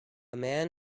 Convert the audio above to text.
man